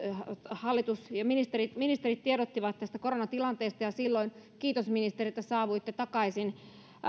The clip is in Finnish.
hallitus ja ministerit tiedottivat tästä koronatilanteesta ja silloin kiitos ministeri että saavuitte takaisin